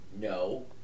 no